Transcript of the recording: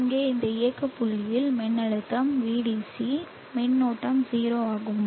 இங்கே இந்த இயக்க புள்ளியில் மின்னழுத்தம் Vdc மின்னோட்டம் 0 ஆகும்